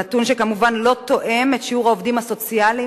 נתון שכמובן לא תואם את שיעור העובדים הסוציאליים,